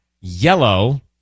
yellow